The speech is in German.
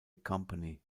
company